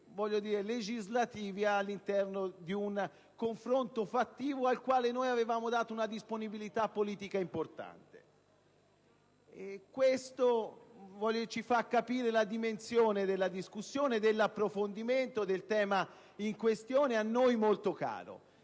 termini legislativi all'interno di un confronto fattivo, al quale noi avevamo dato una disponibilità politica importante. Ciò evidenzia la dimensione della discussione e dell'approfondimento del tema in questione, a noi molto caro.